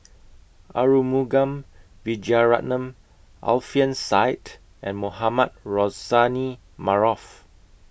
Arumugam Vijiaratnam Alfian Sa'at and Mohamed Rozani Maarof